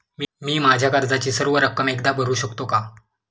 मी माझ्या कर्जाची सर्व रक्कम एकदा भरू शकतो का?